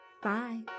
Bye